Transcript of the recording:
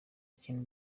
kintu